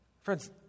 Friends